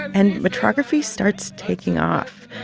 and metrography starts taking off.